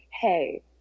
hey